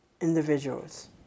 individuals